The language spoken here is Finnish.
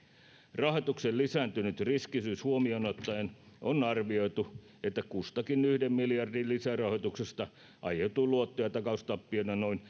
rahoituksen lisääntynyt riskisyys huomioon ottaen on arvioitu että kustakin yhden miljardin lisärahoituksesta aiheutuu luotto ja takaustappioina noin